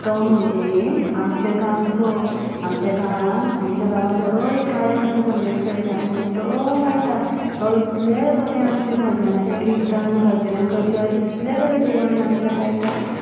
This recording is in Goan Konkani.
तो म्हणजे आमच्या गांवचो आमच्या गांवांन आमच्या गांवान बरो एक गायक आसा संदेश खेडेकार म्हणून बरो गायता तो इतले बरे आमचे भजनाचे कितर्न भजन गजल इतले बरे देवळान आमच्या गायता